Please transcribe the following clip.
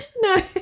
No